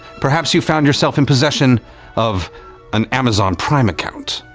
perhaps you found yourself in possession of an amazon prime account.